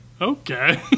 Okay